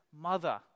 mother